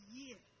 year